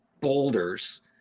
boulders